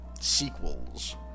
sequels